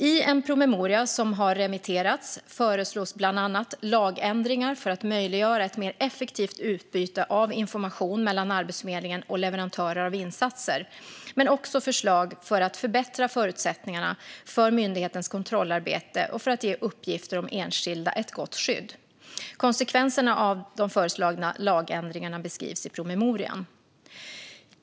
I en promemoria som har remitterats föreslås bland annat lagändringar för att möjliggöra ett mer effektivt utbyte av information mellan Arbetsförmedlingen och leverantörer av insatser, men där finns också förslag för att förbättra förutsättningarna för myndighetens kontrollarbete och för att ge uppgifter om enskilda ett gott skydd. Konsekvenserna av de föreslagna lagändringarna beskrivs i promemorian.